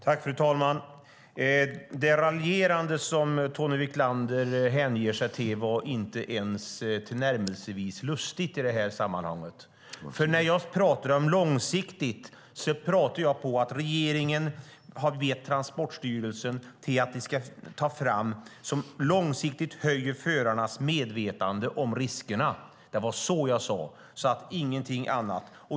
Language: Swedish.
Fru talman! Det raljerande som Tony Wiklander hänger sig åt är inte till närmelsevis lustigt i det här sammanhanget. När jag pratar om långsiktighet pratar jag om att regeringen gett Transportstyrelsen i uppdrag att ta fram en plan för att långsiktigt öka förarnas medvetande om riskerna. Det var så jag sade, ingenting annat.